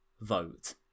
vote